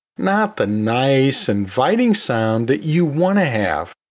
not the nice inviting sound that you want to have.